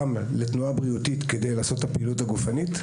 לתנועה בריאותית כדי לעשות את הפעילות הגופנית.